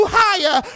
higher